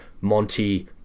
Monty